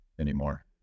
anymore